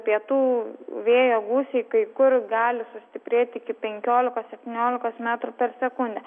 pietų vėjo gūsiai kai kur gali sustiprėti iki penkiolikos septyniolikos metrų per sekundę